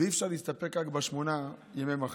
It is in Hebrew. ואי-אפשר להסתפק רק בשמונה ימי מחלה.